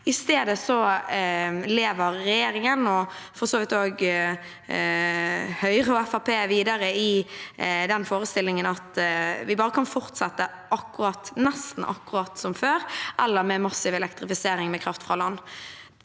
I stedet lever regjeringen, og for så vidt også Høyre og Fremskrittspartiet, videre i den forestillingen at vi bare kan fortsette nesten akkurat som før eller med massiv elektrifisering med kraft fra land.